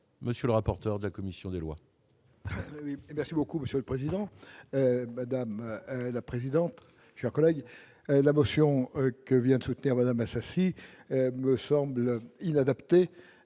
monsieur le rapporteur de la commission des lois. Merci beaucoup monsieur le président, madame la présidente, je collègues la motion que vient soutenir Madame Assassi me semble inadapté